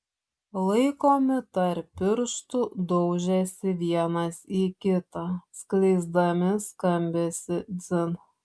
laikomi tarp pirštų daužėsi vienas į kitą skleisdami skambesį dzin